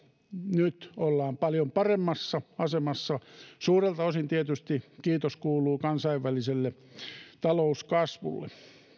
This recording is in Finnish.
nyt ollaan paljon paremmassa asemassa suurelta osin tietysti kiitos kuuluu kansainväliselle talouskasvulle